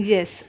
Yes